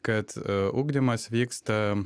kad ugdymas vyksta